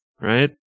right